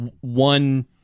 one